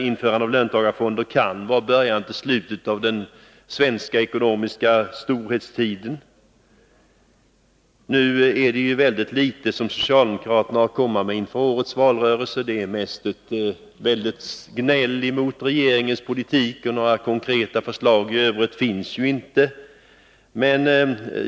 Införandet av löntagarfonder kan vara början till slutet på den svenska ekonomiska storhetstiden. Nu är det ju väldigt litet som socialdemokraterna har att komma med inför årets valrörelse — det är mest gnäll över regeringens politik, några konkreta förslag i övrigt finns inte.